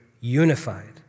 unified